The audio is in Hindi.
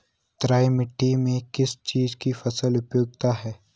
तराई मिट्टी में किस चीज़ की फसल उपयुक्त है?